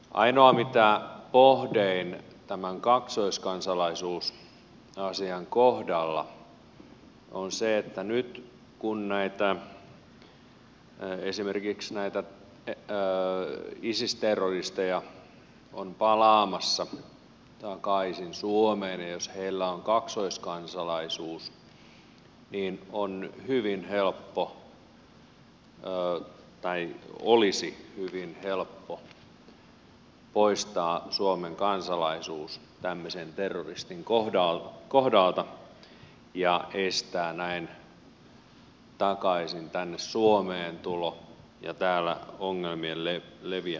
ainoa mitä pohdin tämän kaksoiskansalaisuusasian kohdalla on se että nyt kun esimerkiksi näitä isis terroristeja on palaamassa takaisin suomeen ja jos heillä on kaksoiskansalaisuus niin olisi hyvin helppo poistaa suomen kansalaisuus tämmöisen terroristin kohdalta ja estää näin takaisin tänne suomeen tulo ja täällä ongelmien leviäminen